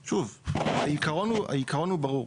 שוב, העיקרון הוא ברור.